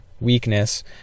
weakness